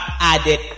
added